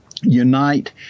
unite